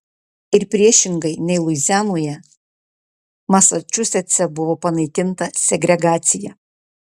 ir priešingai nei luizianoje masačusetse buvo panaikinta segregacija